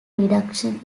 reduction